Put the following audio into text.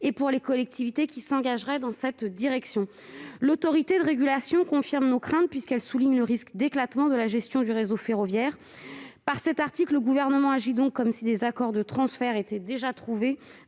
et pour les collectivités qui s'engageraient dans cette direction. L'autorité de régulation confirme nos craintes, puisqu'elle souligne le risque d'éclatement de la gestion du réseau ferroviaire. Avec cet article, le Gouvernement agit donc comme si des accords de transfert étaient déjà trouvés